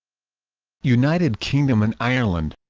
united kingdom and ireland